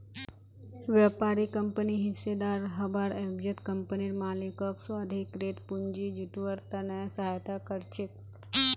व्यापारी कंपनित हिस्सेदार हबार एवजत कंपनीर मालिकक स्वाधिकृत पूंजी जुटव्वार त न सहायता कर छेक